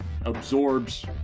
absorbs